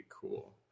cool